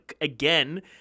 again